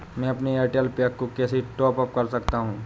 मैं अपने Airtel pack को कैसे टॉप अप कर सकता हूँ?